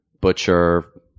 butcher